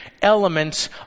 elements